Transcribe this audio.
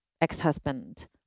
ex-husband